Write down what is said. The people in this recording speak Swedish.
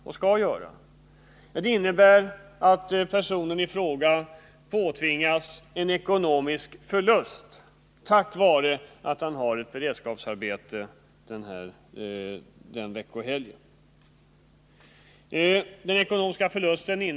Ja, det innebär att personen i fråga ekonomiskt påtvingas en förlust på grund av att han är i beredskaps arbete under veckoslut.